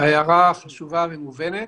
ההערה היא חשובה ומובנת.